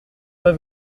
pas